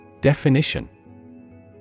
Definition